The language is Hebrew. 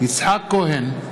יצחק כהן,